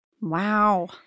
Wow